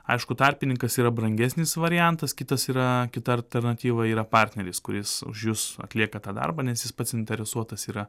aišku tarpininkas yra brangesnis variantas kitas yra kita alternatyva yra partneris kuris už jus atlieka tą darbą nes jis pats interesuotas yra